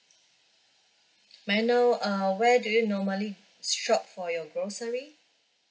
may I know uh where do you normally shop for your grocery